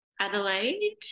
Adelaide